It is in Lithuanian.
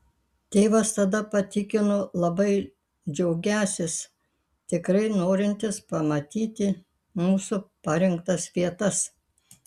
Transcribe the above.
tėvas tada patikino labai džiaugiąsis tikrai norintis pamatyti mūsų parinktas vietas